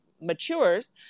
matures